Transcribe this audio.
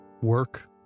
work